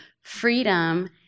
freedom